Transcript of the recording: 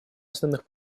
основных